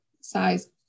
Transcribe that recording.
size